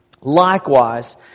Likewise